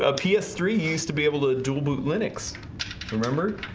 ah p s three used to be able to dual boot linux remember